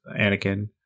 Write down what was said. anakin